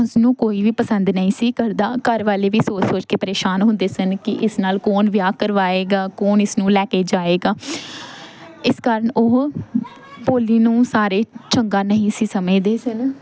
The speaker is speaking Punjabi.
ਉਸਨੂੰ ਕੋਈ ਵੀ ਪਸੰਦ ਨਹੀਂ ਸੀ ਕਰਦਾ ਘਰ ਵਾਲੇ ਵੀ ਸੋਚ ਸੋਚ ਕੇ ਪਰੇਸ਼ਾਨ ਹੁੰਦੇ ਸਨ ਕਿ ਇਸ ਨਾਲ ਕੌਣ ਵਿਆਹ ਕਰਵਾਏਗਾ ਕੌਣ ਇਸ ਨੂੰ ਲੈ ਕੇ ਜਾਵੇਗਾ ਇਸ ਕਾਰਨ ਉਹ ਭੋਲੀ ਨੂੰ ਸਾਰੇ ਚੰਗਾ ਨਹੀਂ ਸੀ ਸਮਝਦੇ ਸਨ